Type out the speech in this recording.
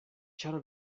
ĉar